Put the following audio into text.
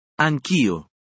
Anch'io